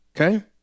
Okay